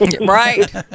Right